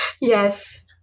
Yes